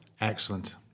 Excellent